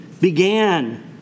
began